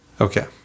Okay